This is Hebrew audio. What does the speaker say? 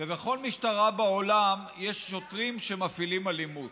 ובכל משטרה בעולם יש שוטרים שמפעילים אלימות.